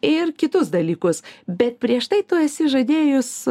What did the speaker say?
ir kitus dalykus bet prieš tai tu esi žadėjus